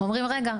אומרים רגע.